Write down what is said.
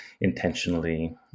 intentionally